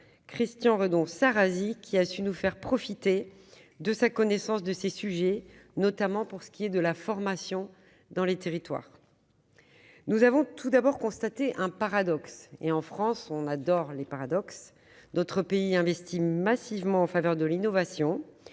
Christian Redon-Sarrazy, qui a su nous faire profiter de sa connaissance de ces sujets, notamment pour ce qui concerne la formation dans les territoires. Nous avons tout d'abord constaté un paradoxe- en France, on adore les paradoxes !-, à savoir que notre pays investissait massivement en faveur de l'innovation